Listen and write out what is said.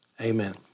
Amen